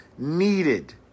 Needed